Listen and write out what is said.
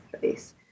face